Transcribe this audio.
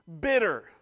bitter